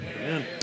Amen